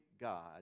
God